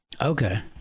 Okay